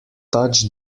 touch